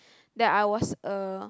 that I was a